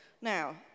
Now